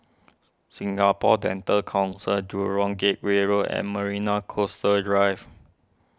Singapore Dental Council Jurong Gateway Road and Marina Coastal Drive